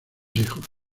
hijos